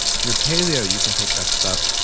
if you're paleo, you can take that stuff.